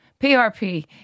PRP